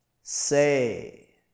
say